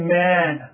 man